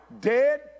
dead